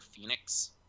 Phoenix